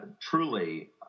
truly